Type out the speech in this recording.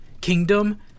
kingdom